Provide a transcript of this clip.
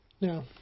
Now